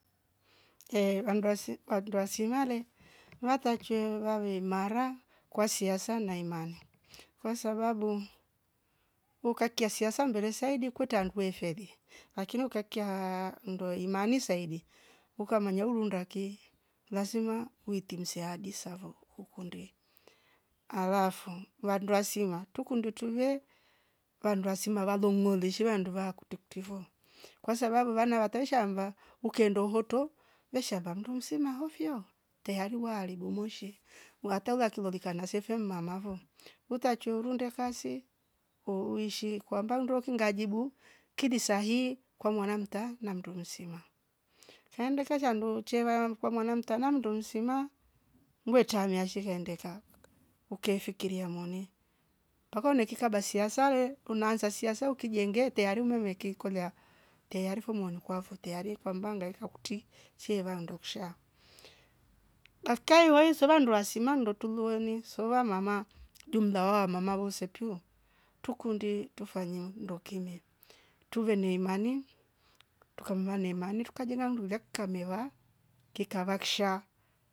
Eehh wandu wasi wandu wasinwale watacho wawe imara kwa siasa na imanya kwasabau ukakia siasa mbere saidia kutwa nduefili lakini ukakia ndwe imani saidi ukamanya uundaki lazima uitimiza ahadi savo ukundi alafu vandu wasima tukundu ndutuve vandu wasima valongo leshira ndu vandu kutiktivo kwasbabu vana vawatae shamba ukai ndo hoto meshamba mtu mzima hovyo teyari waharibu moshe uwatava kilolika na sefye mmavo utachuru ndure fasi uuishi kwamba undoki ngajibu kidi sahahi kwa mwana mtaa na mtu msima shandu kesha shandu cheva wamkwa mwana mtana mndo msima wetamia she kaendka kaak ukefikiria moni mpaka unekika basi asale tunaaanza siasa ukijenge teyari umemeki kolia teyari fo monikwavo teyari kwamba hangaika kuti sheva ndoksha gafkia yuwei seva nduwa sima ndotu lueni sova mama jumla wa mama vosepio tukundi tufanye mndokile tuve na imani tukamva na imani tukajenga ndula kikameva kikava ksha